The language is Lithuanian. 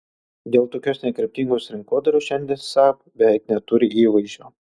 dėl tokios nekryptingos rinkodaros šiandien saab beveik neturi įvaizdžio